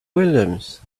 williams